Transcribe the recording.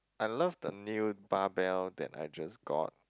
I love the new bar bell that I just got